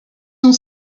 ont